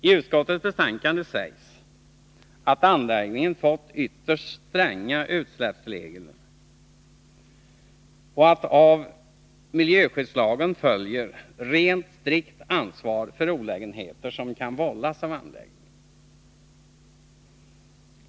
I utskottets betänkande sägs att ytterst stränga utsläppsregler angetts för anläggningen och att av miljöskyddslagen rent strikt följer ansvar för olägenheter som kan vållas av anläggningen.